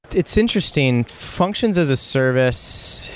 it's interesting. functions as a service,